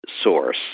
source